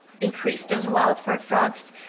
increased as well for frogs,